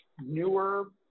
newer